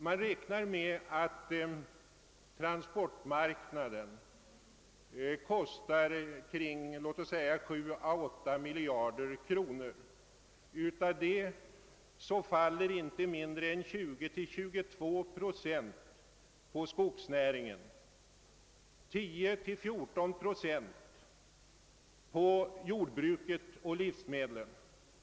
Man räknar med att transporterna kostar 7 å 8 miljarder kronor om året. Härav faller inte mindre än 20 å 22 procent på skogsnäringen och 10 å 14 procent på jordbruket och livsmedlen.